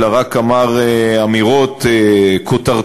אלא רק אמר אמירות כותרתיות,